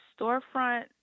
storefront